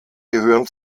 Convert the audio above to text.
gehören